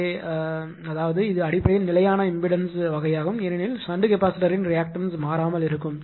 எனவே அதாவது இது அடிப்படையில் நிலையான இம்பெடன்ஸ் வகையாகும் ஏனெனில் ஷன்ட் கெப்பாசிட்டர்யின் ரியாக்டன்ஸ் மாறாமல் இருக்கும்